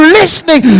listening